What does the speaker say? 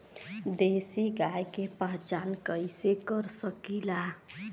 देशी गाय के पहचान कइसे कर सकीला?